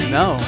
no